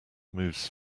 moves